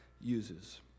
uses